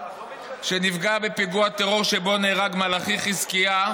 שנפגע בפיגוע הטרור שבו נהרג מלאכי רוזנפלד,